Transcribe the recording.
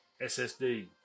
SSD